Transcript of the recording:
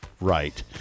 right